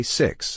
six